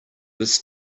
this